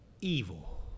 evil